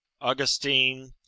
augustine